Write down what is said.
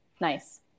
Nice